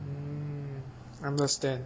mm understand